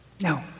No